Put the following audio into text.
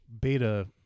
beta